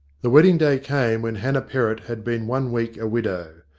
the wedding-day came when hannah perrott had been one week a widow.